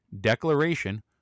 declaration